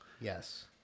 yes